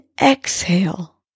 exhale